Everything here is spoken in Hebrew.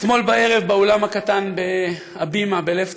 אתמול בערב, באולם הקטן ב"הבימה" בלב תל-אביב,